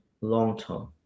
long-term